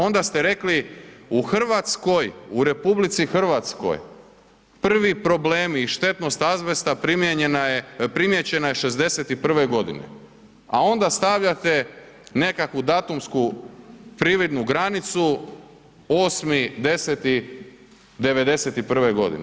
Onda ste rekli u Hrvatskoj u RH prvi problemi i štetnost azbesta primijećena je '61. godine, a onda stavljate nekakvu datumsku prividnu granicu 8.10.'91. godine.